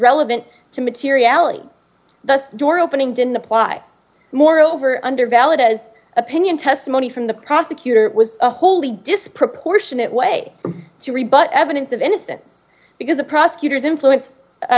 relevant to materiality thus door opening didn't apply moreover under valid as opinion testimony from the prosecutor was a wholly disproportionate way to rebut evidence of innocence because the prosecutors influence